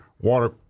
water